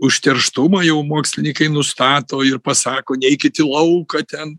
užterštumą jau mokslininkai nustato ir pasako neikit į lauką ten